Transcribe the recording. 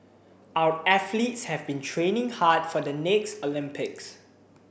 our athletes have been training hard for the next Olympics